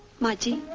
melody